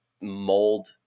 mold